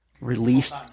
released